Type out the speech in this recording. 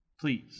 Please